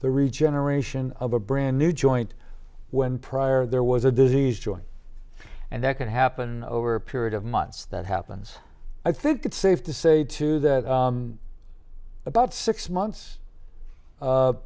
regeneration of a brand new joint when prior there was a disease doing and that can happen over a period of months that happens i think it's safe to say to that about six months